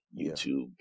YouTube